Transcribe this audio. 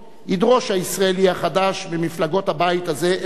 ידרוש הישראלי החדש ממפלגות הבית הזה עמדה